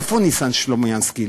איפה ניסן סלומינסקי?